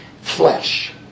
Flesh